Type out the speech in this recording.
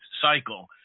cycle